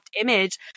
image